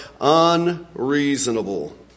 unreasonable